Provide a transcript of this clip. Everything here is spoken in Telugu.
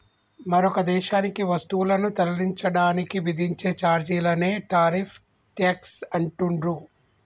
మరొక దేశానికి వస్తువులను తరలించడానికి విధించే ఛార్జీలనే టారిఫ్ ట్యేక్స్ అంటుండ్రు